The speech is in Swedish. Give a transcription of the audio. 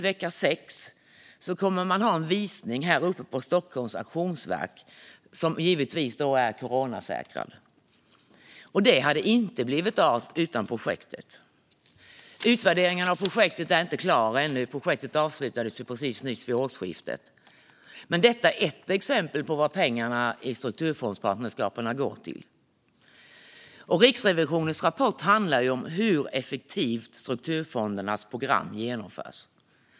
Vecka 6 kommer man att ha en coronasäkrad visning på Stockholms Auktionsverk, något som inte hade blivit av utan projektet. Utvärderingen av projektet är inte klar ännu; projektet avslutades precis nyss vid årsskiftet. Men detta är ett exempel på vad pengarna i strukturfondspartnerskapen går till. Riksrevisionens rapport handlar om hur effektivt strukturfondernas program genomförs.